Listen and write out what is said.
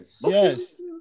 yes